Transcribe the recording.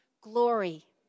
glory